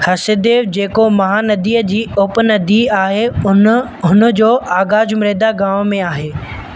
हसदेव जेको महानंदीअ जी उपनंदी आहे उन हुनजो आगाज़ मैदा गाँव में आहे